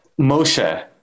Moshe